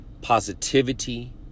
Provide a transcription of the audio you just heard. positivity